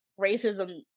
racism